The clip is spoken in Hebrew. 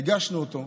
הגשנו אותו,